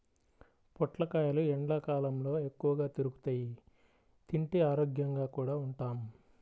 పొట్లకాయలు ఎండ్లకాలంలో ఎక్కువగా దొరుకుతియ్, తింటే ఆరోగ్యంగా కూడా ఉంటాం